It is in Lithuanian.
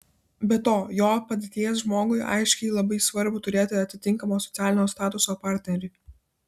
be to jo padėties žmogui aiškiai labai svarbu turėti atitinkamo socialinio statuso partnerį